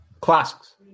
Classics